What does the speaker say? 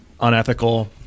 unethical